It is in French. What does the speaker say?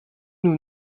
nous